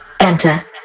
Enter